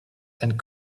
and